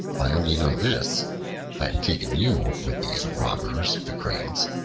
i only know this i have taken you with these robbers, the cranes,